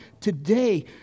today